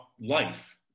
life